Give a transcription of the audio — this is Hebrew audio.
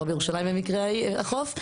לא בירושלים המקרה החוף,